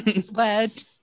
sweat